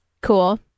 Cool